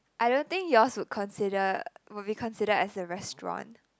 I don't think yours would consider would be considered as a restaurant